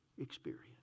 experience